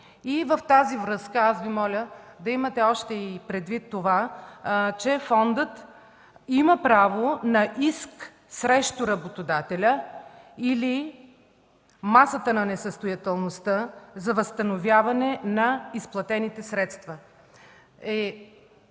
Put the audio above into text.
г. В тази връзка Ви моля да имате предвид това, че фондът има право на иск срещу работодателя или масата на несъстоятелност за възстановяване на неизплатените средства.